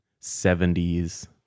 70s